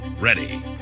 ready